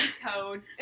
code